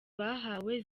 bahawe